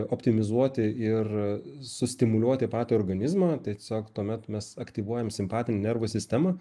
optimizuoti ir sustimuliuoti patį organizmą tiesiog tuomet mes aktyvuojam simpatinę nervų sistemą